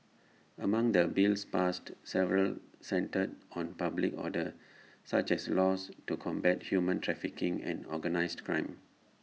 among the bills passed several centred on public order such as laws to combat human trafficking and organised crime